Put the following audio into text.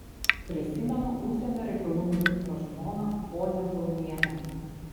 prisimenu užsienio reikalų ministro žmoną ponią zaunienę